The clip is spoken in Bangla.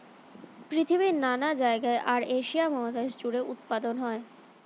পৃথিবীর নানা জায়গায় আর এশিয়া মহাদেশ জুড়ে উৎপাদন হয়